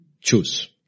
choose